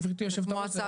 גברתי יושבת הראש.